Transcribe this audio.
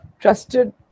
trusted